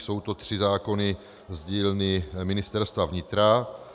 Jsou to tři zákony z dílny Ministerstva vnitra.